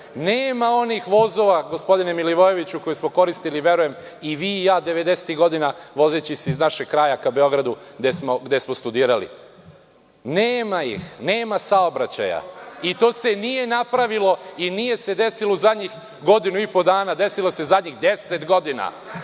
Nema onih vozova, gospodine Milivojeviću, koji smo koristili verujem i vi i ja 90-ih godina, vozeći se iz našeg kraja ka Beogradu gde smo studirali. Nema ih, nema saobraćaja. To se nije napravilo i nije se desilo u zadnjih godinu i po dana, desilo se zadnjih deset godina.